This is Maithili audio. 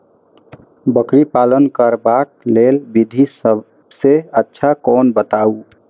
बकरी पालन करबाक लेल विधि सबसँ अच्छा कोन बताउ?